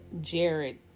Jared